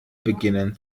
beginnen